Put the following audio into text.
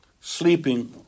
sleeping